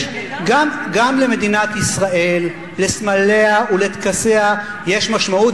גם למדינת ישראל, לסמליה ולטקסיה יש משמעות.